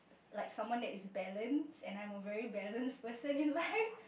like someone that is balanced and I am a very balanced person in life